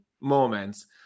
moments